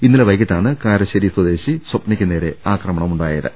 ഇന്നലെ വൈകിട്ടാണ് കാരശ്ശേരി സ്വദേശി സ്വപ്നയ്ക്കുനേരെ ആക്രമണമുണ്ടായത്